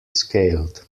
scaled